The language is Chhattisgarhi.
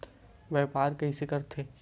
व्यापार कइसे करथे?